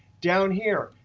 down here,